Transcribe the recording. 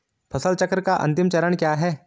फसल चक्र का अंतिम चरण क्या है?